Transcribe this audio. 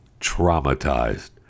traumatized